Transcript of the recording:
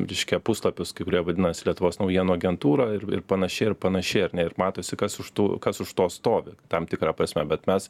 reiškia puslapius kai kurie vadinasi lietuvos naujienų agentūra ir ir panašiai ir panašiai ar ne ir matosi kas už tų kas už to stovi tam tikra prasme bet mes